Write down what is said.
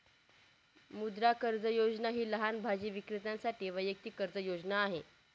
मुद्रा कर्ज योजना ही लहान भाजी विक्रेत्यांसाठी वैयक्तिक कर्ज योजना आहे